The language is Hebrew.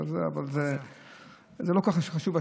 אבל זה לא כל כך חשוב,